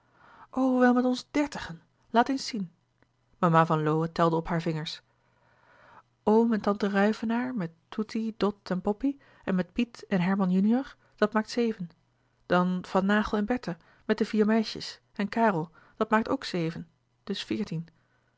wel met ons dertigen laat eens zien mama van lowe telde op hare vingers oom en tante ruyvenaer met toetie dot en poppie en met piet en herman junior dat maakt zeven dan van naghel en bertha met de vier meisjes en karel dat maakt ook zeven dus veertien